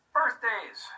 Birthdays